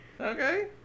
Okay